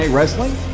Wrestling